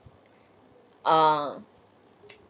err